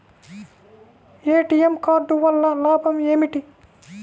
ATM card వల్ల లాభం ఏమిటి?